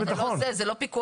זה לא סיירת ביטחון.